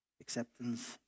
acceptance